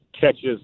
catches